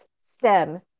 stem